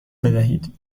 بدهید